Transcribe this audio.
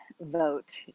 vote